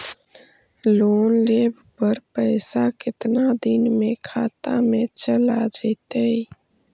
Loan लेब पर पैसा कितना दिन में खाता में चल आ जैताई?